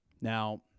Now